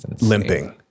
Limping